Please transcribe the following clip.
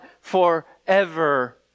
forever